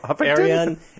Arian